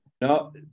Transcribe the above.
No